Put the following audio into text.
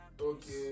okay